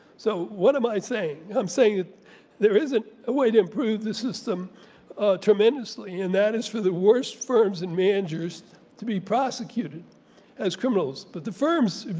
so what am i saying? i'm saying that there isn't a way to improve the system tremendously and that is for the worst firms and managers to be prosecuted as criminals but the firms,